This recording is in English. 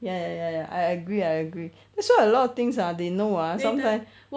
ya ya ya I agree I agree that's why a lot of things ah they know ah sometimes